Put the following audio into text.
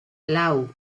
lau